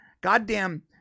goddamn